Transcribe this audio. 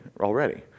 already